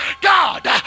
God